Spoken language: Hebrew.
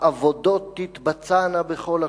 העבודות תתבצענה בכל הכוח.